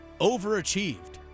overachieved